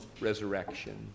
resurrection